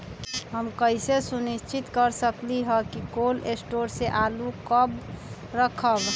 हम कैसे सुनिश्चित कर सकली ह कि कोल शटोर से आलू कब रखब?